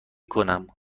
کنم